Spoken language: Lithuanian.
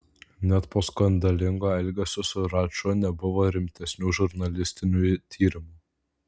net po skandalingo elgesio su raču nebuvo rimtesnių žurnalistinių tyrimų